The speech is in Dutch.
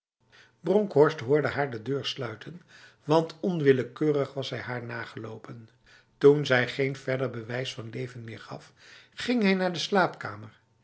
bronkhorst hoorde haar de deur sluiten want onwillekeurig was hij haar nagelopentoen zij geen verder bewijs van leven meer gaf ging hij naar de slaapkamer